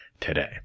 today